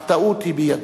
אך טעות היא בידם.